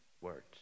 words